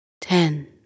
ten